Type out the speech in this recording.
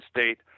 State